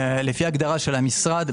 לפי הגדרת המשרד,